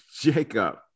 Jacob